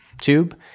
tube